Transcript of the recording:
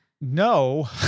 No